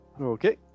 Okay